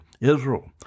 Israel